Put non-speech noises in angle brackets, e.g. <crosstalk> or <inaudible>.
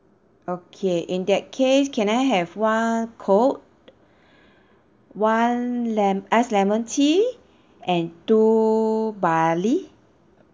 okay in that case can I have one coke <breath> one lem~ iced lemon tea and two barley